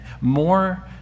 more